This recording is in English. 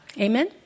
Amen